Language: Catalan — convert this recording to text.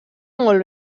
molt